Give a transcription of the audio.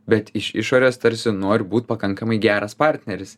bet iš išorės tarsi noriu būt pakankamai geras partneris